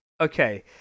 Okay